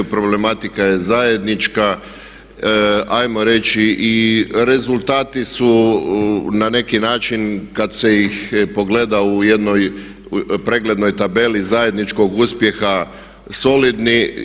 Problematika je zajednička, ajmo reći i rezultati su na neki način kad se ih pogleda u jednoj preglednoj tabeli zajedničkog uspjeha solidni.